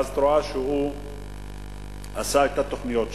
ואז את רואה שהוא עשה את התוכניות שלו,